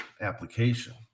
application